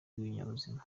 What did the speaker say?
rw’ibinyabuzima